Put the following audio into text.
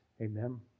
Amen